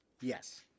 Yes